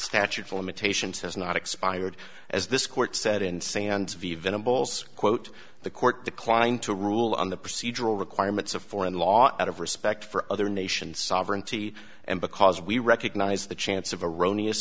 statute of limitations has not expired as this court said insane and venables quote the court declined to rule on the procedural requirements of foreign law out of respect for other nations sovereignty and because we recognize the chance of